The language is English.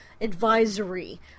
advisory